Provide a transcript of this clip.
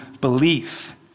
belief